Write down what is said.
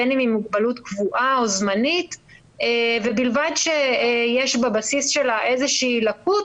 בין אם היא מוגבלות קבועה או זמנית ובלבד שיש בבסיס שלה איזושהי לקות